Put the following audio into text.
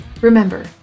Remember